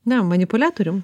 na manipuliatorium